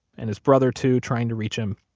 and his brother too, trying to reach him,